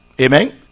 Amen